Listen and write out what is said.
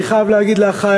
אני חייב להגיד לאחי